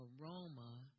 aroma